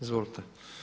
Izvolite.